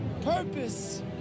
purpose